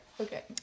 Okay